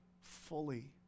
fully